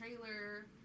trailer